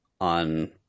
on